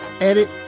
edit